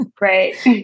Right